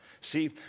See